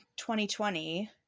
2020